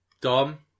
Dom